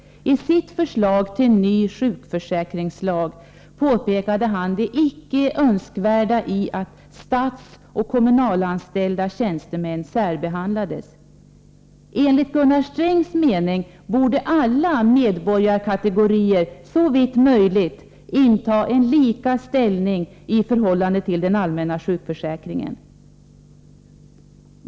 I sitt förslag till ny sjukförsäkringslag påpekade han det icke önskvärda i att statsoch kommunalanställda tjänstemän särbehandlades. Enligt Gunnar Strängs mening borde alla medborgarkategorier såvitt möjligt inta en likvärdig ställning i förhållande till den allmänna sjukförsäkringen.